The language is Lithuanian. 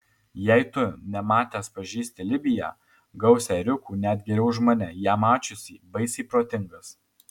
jei tu nematęs pažįsti libiją gausią ėriukų net geriau už mane ją mačiusį baisiai protingas